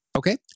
Okay